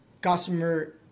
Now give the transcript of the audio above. customer